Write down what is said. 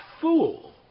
fool